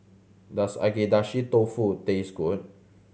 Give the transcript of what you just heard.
does Agedashi Dofu taste good